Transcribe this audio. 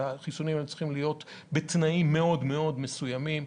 שהחיסונים צריכים להיות בתנאים מאוד מסוימים,